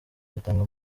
yatanga